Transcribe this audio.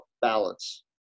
balance